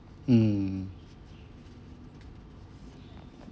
mm